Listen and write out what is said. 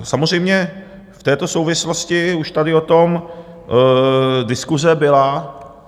Samozřejmě v této souvislosti už tady o tom diskuse byla.